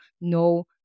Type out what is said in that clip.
no